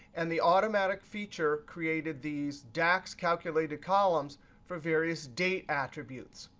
and the automatic feature created these dax calculated columns for various date attributes.